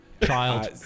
child